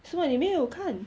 什么你没有看